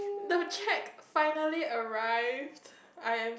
the cheque finally arrived I am